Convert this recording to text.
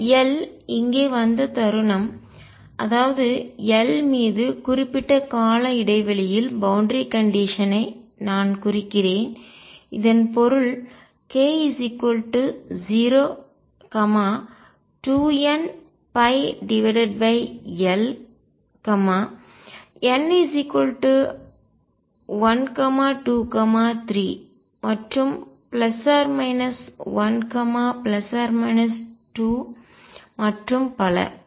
இந்த L இங்கே வந்த தருணம் அதாவது L மீது குறிப்பிட்ட கால இடைவெளியில் பவுண்டரி கண்டிஷன் எல்லை நிபந்தனை ஐ நான் குறிக்கிறேன் இதன் பொருள் k 02nπ L n 123 மற்றும் ± 1 ± 2 மற்றும் பல